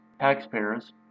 Taxpayers